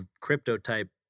crypto-type